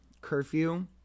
curfew